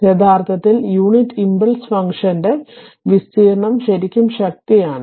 അതിനാൽ യഥാർത്ഥത്തിൽ unit impulse ഫംഗ്ഷന്റെ വിസ്തീർണ്ണം ശരിക്കും ശക്തിയാണ്